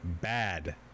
Bad